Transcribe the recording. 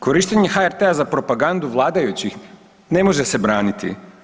Korištenje HRT-a za propagandu vladajućih ne može se braniti.